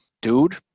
Dude